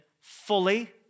fully